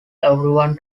everyone